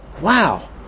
wow